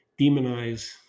demonize